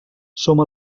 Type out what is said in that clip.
som